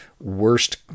worst